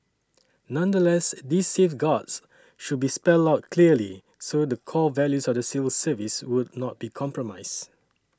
nonetheless these safeguards should be spelled out clearly so the core values of the civil service would not be compromised